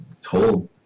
told